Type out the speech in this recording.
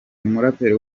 umuraperi